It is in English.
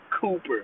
Cooper